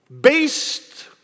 based